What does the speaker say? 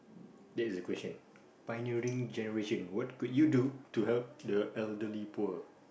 this the question pioneering generation what could you do to help the elderly poor